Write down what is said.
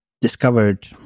discovered